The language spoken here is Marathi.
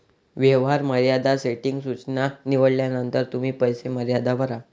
व्यवहार मर्यादा सेटिंग सूचना निवडल्यानंतर तुम्ही पैसे मर्यादा भरा